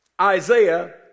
Isaiah